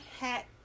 hat